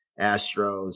Astros